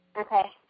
okay